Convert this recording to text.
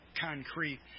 concrete